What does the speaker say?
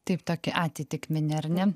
taip tokį atitikmenį ar ne